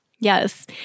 Yes